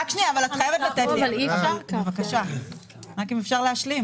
רק רגע, את חייבת לתת לי לדבר, אם אפשר להשלים.